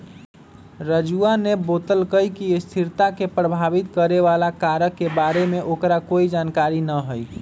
राजूवा ने बतल कई कि स्थिरता के प्रभावित करे वाला कारक के बारे में ओकरा कोई जानकारी ना हई